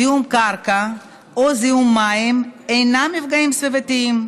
זיהום קרקע או זיהום מים הינם מפגעים סביבתיים,